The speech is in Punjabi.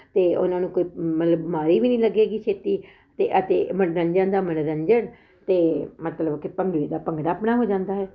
ਅਤੇ ਉਹਨਾਂ ਨੂੰ ਕੋਈ ਮਤਲਬ ਬਿਮਾਰੀ ਵੀ ਨਹੀਂ ਲੱਗੇਗੀ ਛੇਤੀ ਅਤੇ ਅਤੇ ਮੰਨੋਰੰਜਨ ਦਾ ਮੰਨੋਰੰਜਨ ਅਤੇ ਮਤਲਬ ਕਿ ਭੰਗੜੇ ਦਾ ਭੰਗੜਾ ਆਪਣਾ ਹੋ ਜਾਂਦਾ ਹੈ